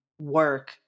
work